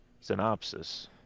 synopsis